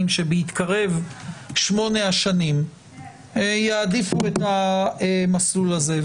שבהתקרב שמונה השנים יעדיפו את המסלול הזה.